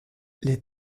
les